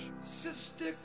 sister